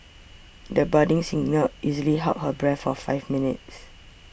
the budding singer easily held her breath for five minutes